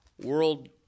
World